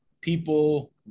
people